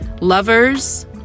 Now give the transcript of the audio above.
lovers